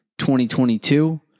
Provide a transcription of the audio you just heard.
2022